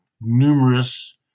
numerous